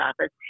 office